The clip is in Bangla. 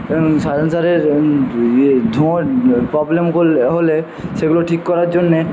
সাইলেন্সারের ইয়ে ধোঁয়ার প্রবলেম করলে হলে সেগুলো ঠিক করার জন্যে